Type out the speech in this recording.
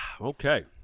Okay